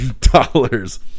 dollars